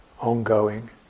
ongoing